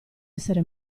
essere